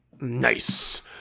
Nice